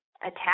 attack